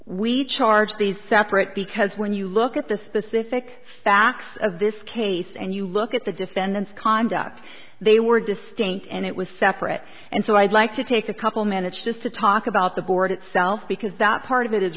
we charge these separate because when you look at the specific facts of this case and you look at the defendant's conduct they were distinct and it was separate and so i'd like to take a couple minutes just to talk about the board itself because that part of it is